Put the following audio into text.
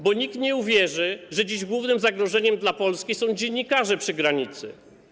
Bo nikt nie uwierzy, że dziś głównym zagrożeniem dla Polski są dziennikarze przy granicy.